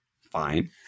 fine